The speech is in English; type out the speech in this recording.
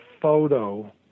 photo